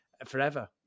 Forever